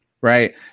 right